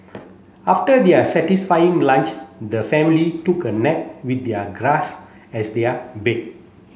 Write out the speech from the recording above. after their satisfying lunch the family took a nap with their grass as their bed